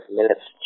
minutes